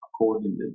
accordingly